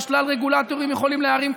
ושלל רגולטורים יכולים להערים קשיים,